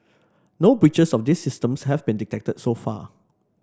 no breaches of these systems have been detected so far